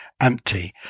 empty